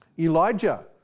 Elijah